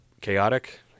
chaotic